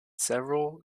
several